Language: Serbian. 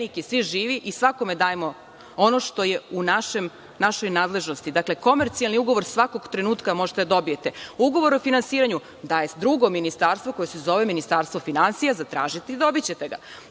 svi živi, svakome dajemo ono što je u našoj nadležnosti. Dakle, komercijalni ugovor svakog trenutka možete da dobijete. Ugovor o finansiranju daje drugo ministarstvo koje se zove Ministarstvo finansija, zatražite i dobićete ga.